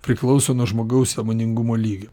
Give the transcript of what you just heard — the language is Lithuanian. priklauso nuo žmogaus sąmoningumo lygio